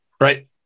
right